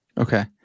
Okay